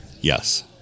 yes